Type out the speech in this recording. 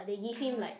they give him like